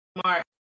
smart